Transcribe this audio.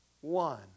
one